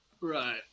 Right